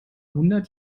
hundert